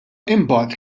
mbagħad